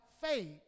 faith